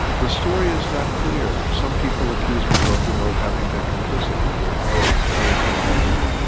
the story is not clear. some people accuse bergoglio of having been complicit with the military government.